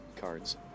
cards